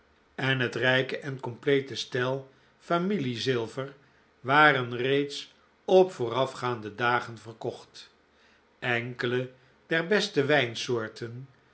en het rijke en complete stel familiezilver waren reeds op voorafgaande dagen verkocht enkele der beste wijnsoorten